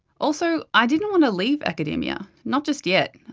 also, i didn't want to leave academia. not just yet.